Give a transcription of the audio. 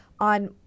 on